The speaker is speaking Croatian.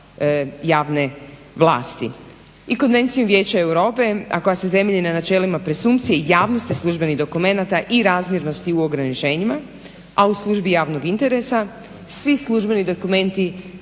javne vlasti i konvencija Vijeća Europe, a koja se temelji na načelima presumpcije javnosti službenih dokumenata i razmjernosti u ograničenju, a u službi javnog interesa, svi službeni dokumenti